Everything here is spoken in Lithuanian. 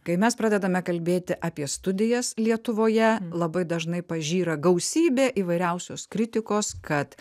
kai mes pradedame kalbėti apie studijas lietuvoje labai dažnai pažyra gausybė įvairiausios kritikos kad